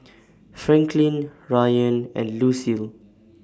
Franklyn Ryann and Lucille